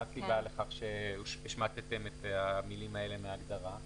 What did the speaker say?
מה הסיבה לכך שהשמטתם את המילים האלה מההגדרה?